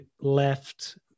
left